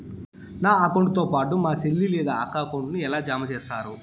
నా అకౌంట్ తో పాటు మా చెల్లి లేదా అక్క అకౌంట్ ను ఎలా జామ సేస్తారు?